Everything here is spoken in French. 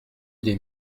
des